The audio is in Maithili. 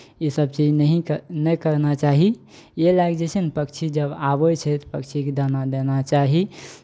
ईसभ चीज नहि कर् नहि करना चाही ई लए कऽ जे छै ने पक्षी जब आबै छै तऽ पक्षीकेँ दाना देना चाही